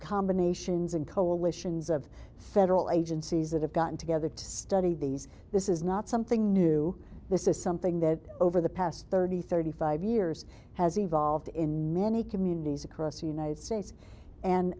combinations and coalitions of federal agencies that have gotten together to study these this is not something new this is something that over the past thirty thirty five years has evolved in many communities across the united states and